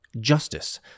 Justice